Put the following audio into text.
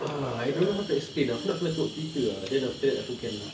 ah I don't know how to explain ah nak kena tengok Twitter ah then after that aku can